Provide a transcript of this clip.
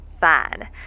fine